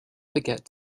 forget